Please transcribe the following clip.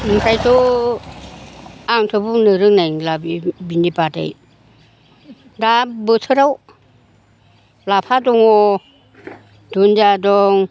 ओंखायनोथ' आंथ' बुंनो रोंनाय नंला बिनि बादै दा बोथोराव लाफा दङ दुन्दिया दं